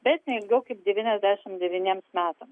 bet ne ilgiau kaip devyniasdešimt devyniems metams